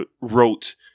wrote